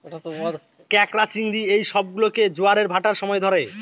ক্যাঁকড়া, চিংড়ি এই সব গুলোকে জোয়ারের ভাঁটার সময় ধরে